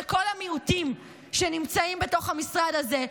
לכל המיעוטים שנמצאים בתוך המשרד הזה,